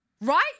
Right